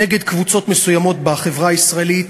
נגד קבוצות מסוימות בחברה הישראלית,